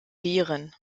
viren